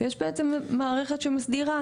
ויש בעצם מערכת שמסדירה.